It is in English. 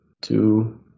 two